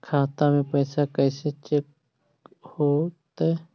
खाता में पैसा कैसे चेक हो तै?